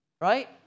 right